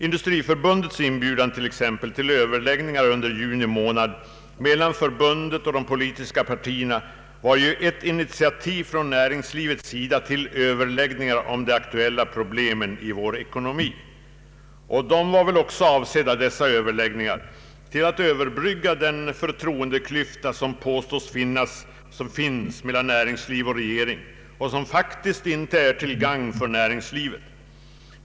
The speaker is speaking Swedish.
Industriförbundets inbjudan, t.ex., till överläggningar under juli månad mellan förbundet och de politiska partierna var ju ett initiativ från näringslivets sida till överläggningar om de aktuella problemen i vår ekonomi. Dessa överläggningar var väl också avsedda att överbrygga den förtroendeklyfta som påstås finnas — och som finns — mellan näringsliv och regering och som inte är till gagn för näringslivet.